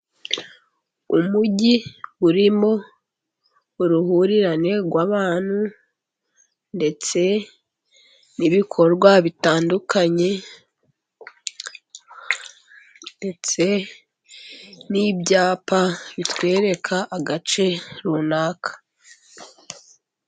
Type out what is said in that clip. Umujyi urimo uruhurirane rw'abantu ndetse n'ibikorwa bitandukanye, ndetse n'ibyapa bitwereka agace runaka.